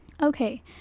Okay